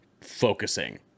focusing